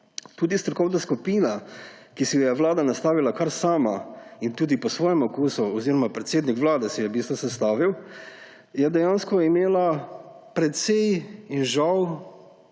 Tudi strokovna skupina, ki si jo je vlada nastavila kar sama in tudi po svojem okusu oziroma predsednik vlade si jo je v bistvu sestavil, je dejansko imela precej in, žal,